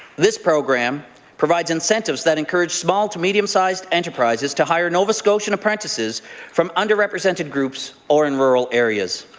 this program provides incentives that encourage small to medium-sized enterprises to hire nova scotian apprentices from under represented groups or in rural areas.